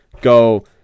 go